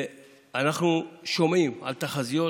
אנחנו שומעים על תחזיות